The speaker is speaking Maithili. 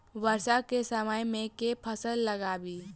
वर्षा केँ समय मे केँ फसल लगाबी?